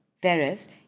whereas